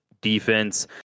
defense